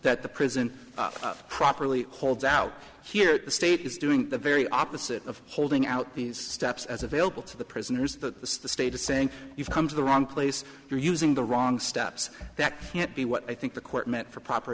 that the prison properly holds out here in the state is doing the very opposite of holding out these steps as available to the prisoners the state is saying you've come to the wrong place you're using the wrong steps that can't be what i think the court meant for proper